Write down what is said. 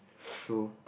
so